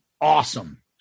awesome